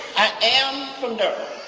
i am from durham.